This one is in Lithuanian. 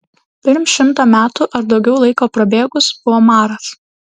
pirm šimto metų ar daugiau laiko prabėgus buvo maras